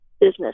business